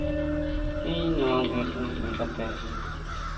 ᱤᱧ ᱱᱚᱣᱟ ᱫᱷᱤᱨᱤ ᱤᱫᱤ ᱠᱟᱛᱮᱫ